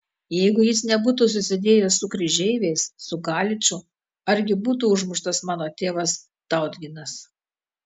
jeigu jis nebūtų susidėjęs su kryžeiviais su galiču argi būtų užmuštas mano tėvas tautginas